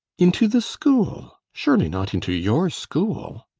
into the school? surely not into your school?